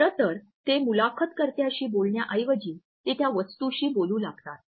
खरं तर ते मुलाखतकर्त्याशी बोलण्याऐवजी ते त्या वस्तूशी बोलू लागतात